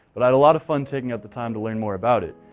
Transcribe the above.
but i had a lot of fun taking out the time to learn more about it.